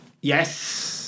Yes